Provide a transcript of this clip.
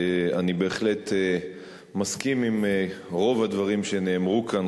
אני בהחלט מסכים עם רוב הדברים שנאמרו כאן,